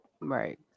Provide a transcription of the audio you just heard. Right